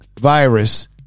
virus